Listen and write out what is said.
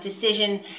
decision